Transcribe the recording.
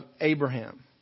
Abraham